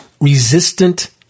resistant